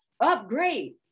upgrade